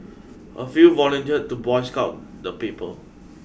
a few volunteered to boycott the paper